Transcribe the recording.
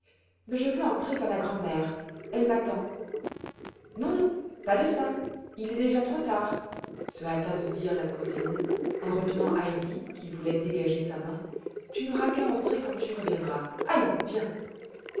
mais je veux entrer vers la grand'mère elle m'attend non non pas de ça il est déjà trop tard se hâta de dire la cousine en retenant heidi qui voulait dégager sa main tu n'auras qu'à entrer quand tu reviendras allons viens